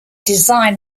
design